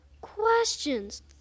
Questions